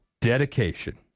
dedication